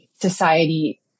society